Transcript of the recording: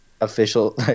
official